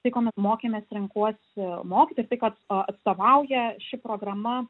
tai ko mes mokėmės renkuosi mokyti ir tai kad atstovauja ši programa